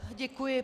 Děkuji.